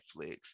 netflix